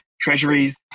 treasuries